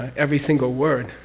every single word